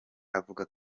avuga